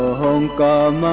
home